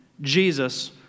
Jesus